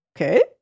okay